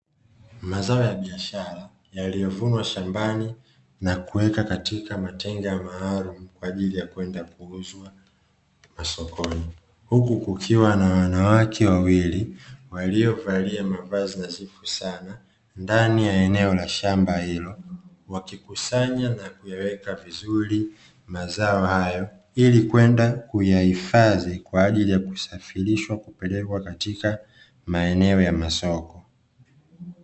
Mazao ya biashara yaliyovunwa shambani na kuweka katika matenga maalumu kwa ajili ya kwenda kuuzwa masokoni, huku kukiwa na wanawake wawili waliovalia mavazi nadhifu sana ndani ya eneo la shamba hilo wakikusanya na kuyaweka vizuri mazao hayo ili kwenda kuyahifadhi kwa ajili ya kusafirishwa kupelekwa katika maeneo ya masoko.